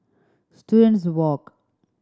Students Walk